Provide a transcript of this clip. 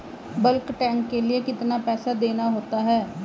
Bulk tank के लिए कितना पैसा देना होता है?